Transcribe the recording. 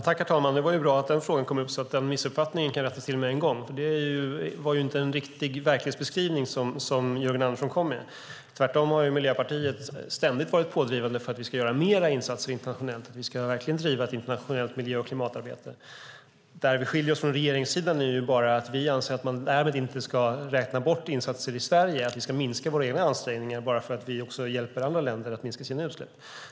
Herr talman! Det var bra att den frågan kom upp så att missuppfattningen kan rättas till med en gång. Det var inte en riktig verklighetsbeskrivning som Jörgen Andersson gav. Miljöpartiet har ständigt varit pådrivande för att vi ska göra mer insatser internationellt och verkligen driva ett internationellt miljö och klimatarbete. Vi skiljer oss från regeringssidan i och med att vi anser att man därmed inte ska räkna bort insatser i Sverige och minska våra egna ansträngningar bara för att vi också hjälper andra länder att minska sina utsläpp.